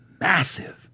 massive